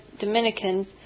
Dominicans